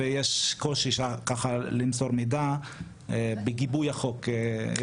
ויש קושי ככה למסור מידע בגיבוי החוק.